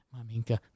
Maminka